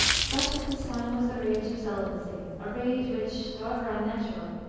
such at this time was the rage of celibacy a rage which, however unnatural,